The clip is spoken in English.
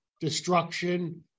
destruction